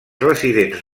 residents